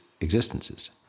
existences